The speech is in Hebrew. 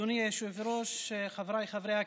אדוני היושב-ראש, חבריי חברי הכנסת,